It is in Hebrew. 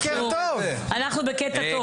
אנחנו בקטע טוב.